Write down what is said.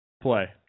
play